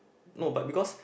no but because